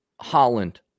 Holland